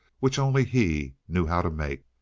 which only he knew how to make.